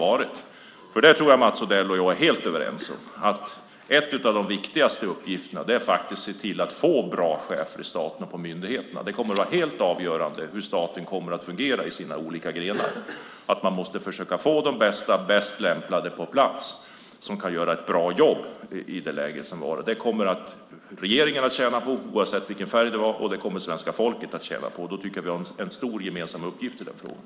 Jag tror att Mats Odell och jag är helt överens om att en av de viktigaste uppgifterna är att se till att få bra chefer i staten och på myndigheterna. Det kommer att vara helt avgörande för hur staten kommer att fungera i sina olika grenar. Man måste försöka få de bäst lämpade på plats så att de kan göra ett bra jobb. Det kommer regeringen, oavsett färg, och svenska folket att tjäna på. Vi har en stor gemensam uppgift i den frågan.